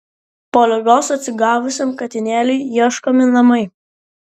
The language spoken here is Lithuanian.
po ligos atsigavusiam katinėliui ieškomi namai